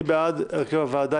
מי בעד הרכב הוועדה?